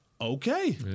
okay